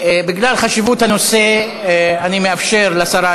בגלל חשיבות הנושא אני מאפשר לשרה,